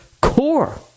core